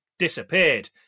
disappeared